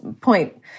point